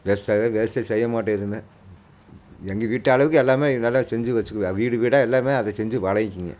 வேஸ்ட்டாகவே வேஸ்ட்டே செய்ய மாட்டோம் எதுவுமே எங்கள் கிட்டே அளவுக்கு எல்லாமே நல்ல செஞ்சு வச்சுக்கிவேன் வீடு வீடாக எல்லாமே அது செஞ்சு பழகிக்கிங்க